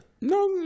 No